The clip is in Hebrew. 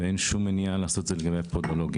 ואין שום מניעה לעשות את זה לגבי הפודולוגים.